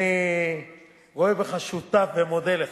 אני רואה בך שותף ומודה לך.